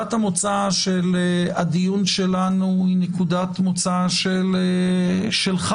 נקודת המוצא של הדיון שלנו היא נקודת מוצא של חג,